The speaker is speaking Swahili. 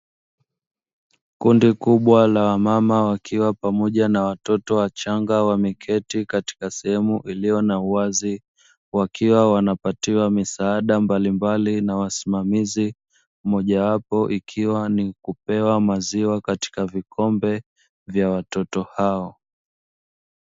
Kundi kubwa la wamama wakiwa pamoja na watoto wachanga wameketi katika sehemu iliyo na uwazi wakiwa wanapatiwa misaada mbalimbali na wasimamizi moja wapo ikiwa ni kupewa maziwa katika vikombe vya watoto hao.